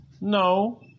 No